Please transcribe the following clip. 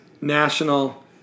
National